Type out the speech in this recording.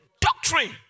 doctrine